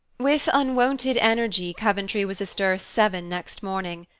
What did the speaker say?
with unwonted energy coventry was astir seven next morning.